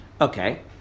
Okay